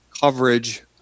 coverage